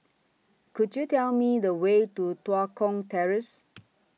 Could YOU Tell Me The Way to Tua Kong Terrace